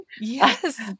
Yes